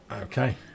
Okay